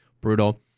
brutal